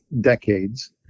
decades